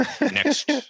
Next